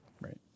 right